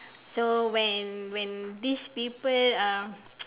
so when when these people um